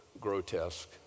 grotesque